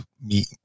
meet